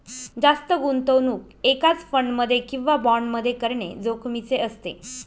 जास्त गुंतवणूक एकाच फंड मध्ये किंवा बॉण्ड मध्ये करणे जोखिमीचे असते